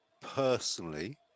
personally